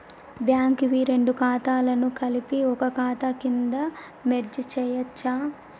Bank వి రెండు ఖాతాలను కలిపి ఒక ఖాతా కింద మెర్జ్ చేయచ్చా?